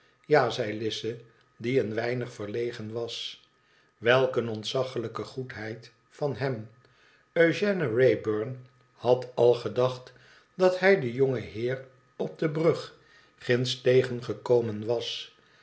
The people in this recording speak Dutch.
ja zei lize die een weinig verlegen was welk een ontzaglijke goedheid van hem eugène wrayburn had al gedacht dat hij den jongen heer op de brug ginds tegengekomen was